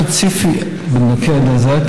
ספציפית בנוגע לזה,